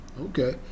Okay